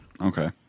okay